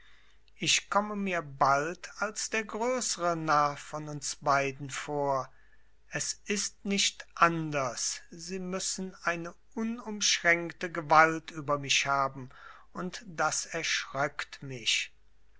ich komme mir bald als der größere narr von uns beiden vor es ist nicht anders sie müssen eine unumschränkte gewalt über mich haben und das erschröckt mich